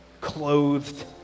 clothed